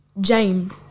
James